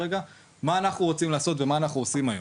מה אנחנו רוצים לעשות ומה אנחנו עושים היום?